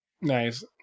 Nice